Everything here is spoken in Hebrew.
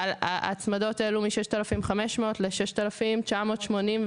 ההצמדות העלו מ-6500 ל-6987,